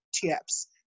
Tips